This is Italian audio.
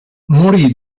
morì